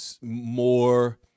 more